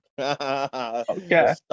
Okay